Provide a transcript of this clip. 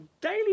daily